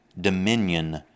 dominion